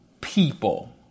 people